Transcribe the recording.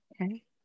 Okay